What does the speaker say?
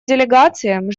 делегациям